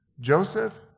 Joseph